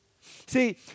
See